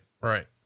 right